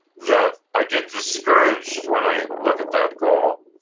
that i get discouraged when i look at that goal,